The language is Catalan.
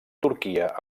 turquia